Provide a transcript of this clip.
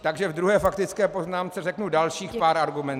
Takže v druhé faktické poznámce řeknu dalších pár argumentů.